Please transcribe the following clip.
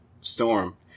storm